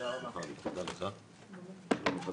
הישיבה